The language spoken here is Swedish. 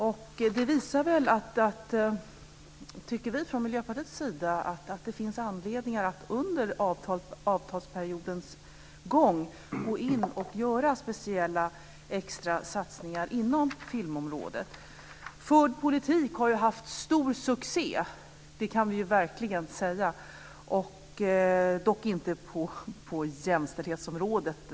Vi i Miljöpartiet tycker att detta visar att det finns anledning att under avtalsperiodens gång göra speciella extrasatsningar inom filmområdet. Den förda politiken har haft stor succé. Det kan vi verkligen säga. Men det gäller inte på jämställdhetsområdet.